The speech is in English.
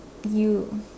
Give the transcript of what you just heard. you